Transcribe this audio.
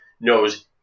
knows